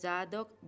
Zadok